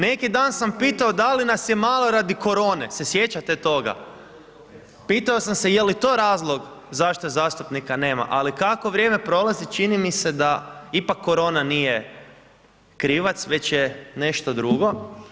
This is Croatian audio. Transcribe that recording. Neki dan sam pitao da li nas je malo radi korone, se sjećate toga, pitao sam se je li to razlog zašto zastupnika nema, ali kako vrijeme prolazi čini mi se da ipak korona nije krivac već je nešto drugo.